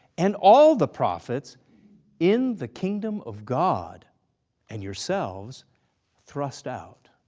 and all the prophets in the kingdom of god and yourselves thrust out.